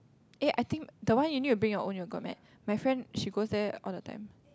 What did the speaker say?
eh I think that one you need to bring your own yoga mat my friend she goes there all the time